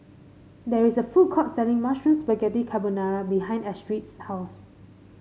there is a food court selling Mushroom Spaghetti Carbonara behind Astrid's house